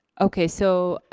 okay so,